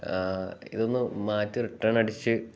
ഇതൊന്ന് മാറ്റി റിട്ടേൺ അടിച്ച്